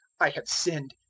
i have sinned,